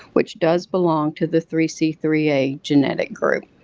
which does belong to the three c three a genetic group.